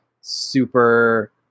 super